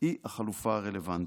היא החלופה הרלוונטית".